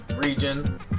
region